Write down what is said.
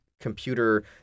computer